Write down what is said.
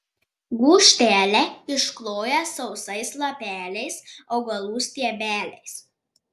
gūžtelę iškloja sausais lapeliais augalų stiebeliais